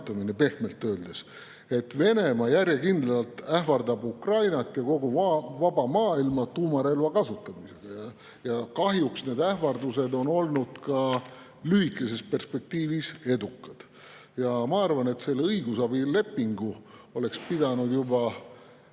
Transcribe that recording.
Pehmelt öeldes! Venemaa järjekindlalt ähvardab Ukrainat ja kogu vaba maailma tuumarelva kasutamisega ja kahjuks on need ähvardused olnud lühikeses perspektiivis edukad. Ma arvan, et selle õigusabilepingu oleks pidanud